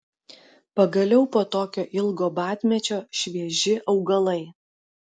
pagaliau po tokio ilgo badmečio švieži augalai